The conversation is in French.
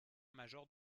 major